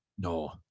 No